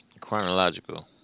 chronological